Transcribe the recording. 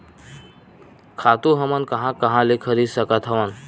खातु हमन कहां कहा ले खरीद सकत हवन?